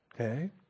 Okay